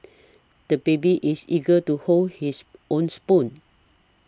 the baby is eager to hold his own spoon